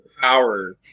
power